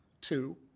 Two